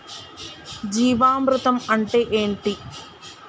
జీవామృతం అంటే ఏంటి?